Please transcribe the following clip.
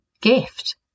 gift